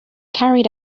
carried